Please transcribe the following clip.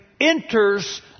enters